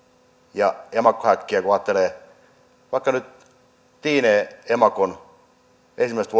ja emakkohäkkiä kun ajattelee vaikka nyt tiineen emakon ensimmäisiä